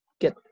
get